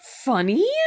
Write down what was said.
funny